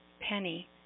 Penny